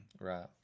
Right